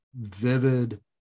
vivid